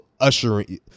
ushering